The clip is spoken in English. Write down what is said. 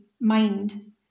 mind